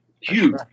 Huge